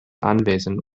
anwesen